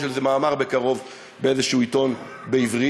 יש על זה מאמר בקרוב באיזה עיתון בעברית,